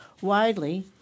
widely